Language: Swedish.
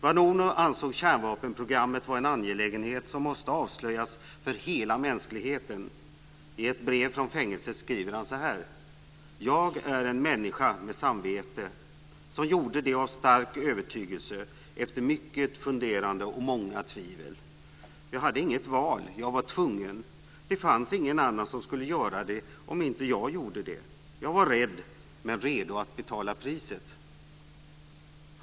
Vanunu ansåg att kärnvapenprogrammet var en angelägenhet som måste avslöjas för hela mänskligheten. I ett brev från fängelset skriver han så här: Jag är en människa med samvete som gjorde det av en stark övertygelse, efter mycket funderande och många tvivel. Jag hade inget val. Jag var tvungen. Det fanns ingen annan som skulle göra det om inte jag gjorde det. Jag var rädd men redo att betala priset.